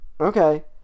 Okay